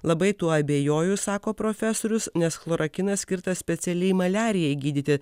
labai tuo abejoju sako profesorius nes chlorakinas skirtas specialiai maliarijai gydyti